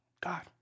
God